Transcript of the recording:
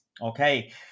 Okay